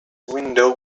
window